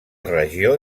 regió